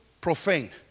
profane